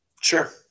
sure